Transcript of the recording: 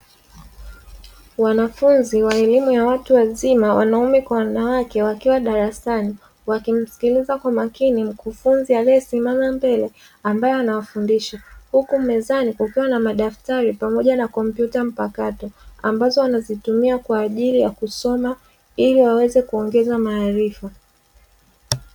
Wanafunzi wa elimu ya watu wazima wanaume kwa wanawake wakiwa darasani, wakimsikiliza kwa makini mkufunzi aliyesimama mbele ambaye anawafundisha; huku mezani kukiwa na madaftari pamoja na kompyuta mpakato ambazo wanazitumia kwa ajili ya kusoma, ili waweze kuongeza maarifa.